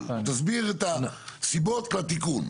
תסביר את הסיבות לתיקון.